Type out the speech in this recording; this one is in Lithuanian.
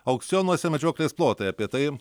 aukcionuose medžioklės plotai apie tai